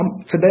Today